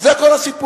זה כל הסיפור.